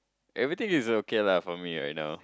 everything is okay lah for me right now